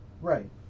Right